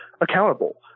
accountable